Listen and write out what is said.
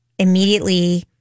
immediately